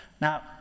Now